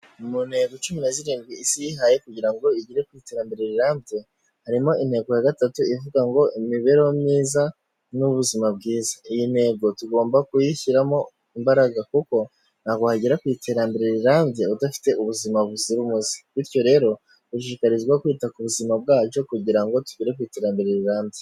Mu ntego cumi na zirindwi isi yihaye kugira ngo igere ku iterambere rirambye harimo intego ya gatatu ivuga ngo imibereho myiza nubuzima bwiza iyi ntego tugomba kuyishyiramo imbaraga kuko ntabwo wagera ku iterambere rirambye udafite ubuzima buzira umuze bityo rero dushishikarizwa kwita ku buzima bwacu kugira ngo tugere ku iterambere rirambye.